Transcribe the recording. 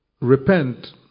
repent